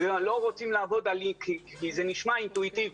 כי זה נשמע אינטואיטיבי,